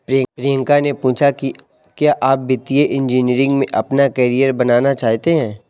प्रियंका ने पूछा कि क्या आप वित्तीय इंजीनियरिंग में अपना कैरियर बनाना चाहते हैं?